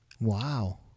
Wow